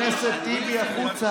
הבנתי אותך.